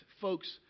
Folks